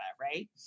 right